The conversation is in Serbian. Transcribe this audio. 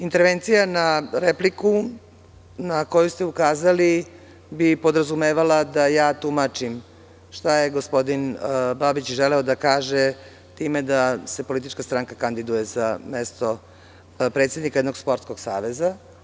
Intervencija na repliku na koju ste ukazali bi podrazumevala da ja tumačim šta je gospodin Babić želeo da kaže time da se politička stranka kandiduje za mesto predsednika jednog sportskog saveza.